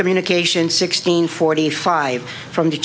communication sixteen forty five from the